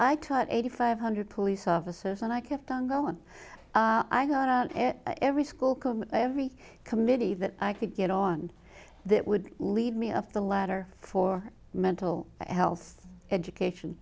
i taught eighty five hundred police officers and i kept on going i got out every school every committee that i could get on that would lead me of the ladder for mental health education